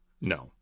No